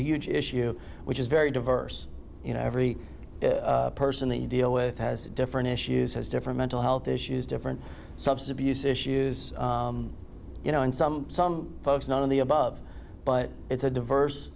huge issue which is very diverse you know every person that you deal with has different issues has different mental health issues different substance abuse issues you know and some some folks none of the above but it's a diverse